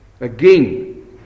Again